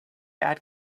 add